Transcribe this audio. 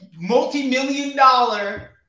multi-million-dollar